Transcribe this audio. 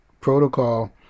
protocol